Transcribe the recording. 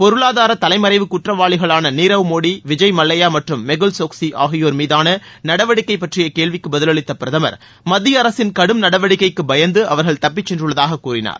பொருளாதார தலைமறைவு குற்றவாளிகளான நிரவ் மோடி விஜய்மல்லையா மற்றும் மெகுல் சோக்சி ஆகியோர் மீதான நடவடிக்கை பற்றிய கேள்விக்கு பதிலளித்த பிரதமர் மத்திய அரசின் கடும் நடவடிக்கைக்கு பயந்து அவர்கள் தப்பிச் சென்றுள்ளதாக கூறினார்